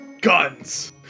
guns